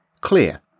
clear